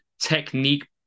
technique